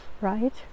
right